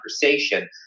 conversation